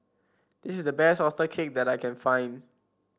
this is the best oyster cake that I can find